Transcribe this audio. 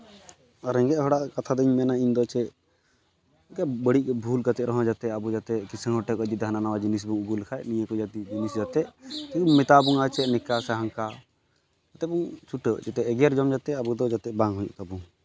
ᱨᱮᱸᱜᱮᱡ ᱦᱚᱲᱟᱜ ᱠᱟᱛᱷᱟ ᱫᱚᱧ ᱢᱮᱱᱟ ᱤᱧᱫᱚ ᱪᱮᱫ ᱵᱟᱹᱲᱤᱡ ᱵᱷᱩᱞ ᱠᱟᱛᱮ ᱨᱮᱦᱚᱸ ᱡᱟᱛᱮ ᱟᱵᱚ ᱡᱟᱛᱮ ᱠᱤᱥᱟᱹᱬ ᱦᱚᱲ ᱴᱷᱮᱡ ᱠᱷᱚᱡ ᱡᱩᱫᱤ ᱡᱟᱦᱟᱱᱟᱜ ᱦᱟᱱᱟ ᱱᱚᱣᱟ ᱡᱤᱱᱤᱥ ᱵᱚᱱ ᱟᱹᱜᱩ ᱞᱮᱠᱷᱟᱡ ᱱᱤᱭᱟᱹ ᱠᱚ ᱡᱟᱛᱮ ᱡᱤᱱᱤᱥ ᱡᱟᱛᱮ ᱤᱧ ᱢᱮᱛᱟ ᱵᱚᱱᱟ ᱪᱮᱫ ᱱᱤᱝᱠᱟ ᱥᱮ ᱦᱟᱱᱠᱟ ᱡᱟᱛᱮ ᱵᱚᱱ ᱪᱷᱩᱴᱟᱹᱜ ᱡᱟᱛᱮ ᱮᱜᱮᱨ ᱡᱚᱢ ᱡᱟᱛᱮ ᱟᱵᱚ ᱫᱚ ᱡᱟᱛᱮ ᱵᱟᱝ ᱦᱩᱭᱩᱜ ᱛᱟᱵᱚᱱ